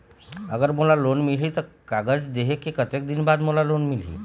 अगर मोला लोन मिलही त कागज देहे के कतेक दिन बाद मोला लोन मिलही?